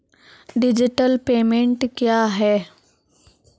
Digital payment क्या हैं?